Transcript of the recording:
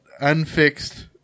unfixed